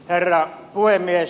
herra puhemies